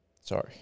Sorry